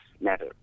matter